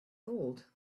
gold